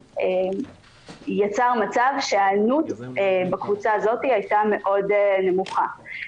יצר מצב שההיענות בקבוצה הזאת הייתה מאוד נמוכה.